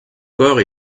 corps